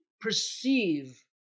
perceive